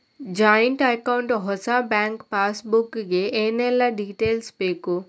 Joint account ಹೊಸ bank passbook ಗೆ ಏನೆಲ್ಲ ಡೀಟೇಲ್ಸ್ ಬೇಕು?